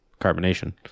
carbonation